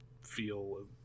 feel